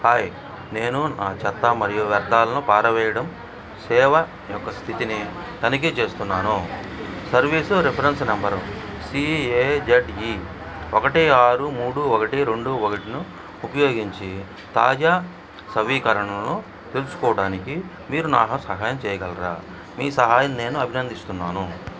hi నేను నాచెత్త మరియు వ్యర్దాలను పారవేయడం సేవ యొక్క స్థితిని తనిఖీ చేస్తున్నాను సర్వీస్ రిఫరెన్స్ నంబరు సీఎజెడ్ఈ ఒకటి ఆరు మూడు ఒకటి రెండు ఒకటిను ఉపయోగించి తాజా నవీకరణలను తెలుసుకోడానికి మీరు నాకు సహాయం చేయగలరా మీ సహాయం నేను అభినందిస్తున్నాను